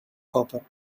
copper